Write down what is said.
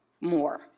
more